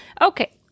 Okay